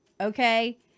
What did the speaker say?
Okay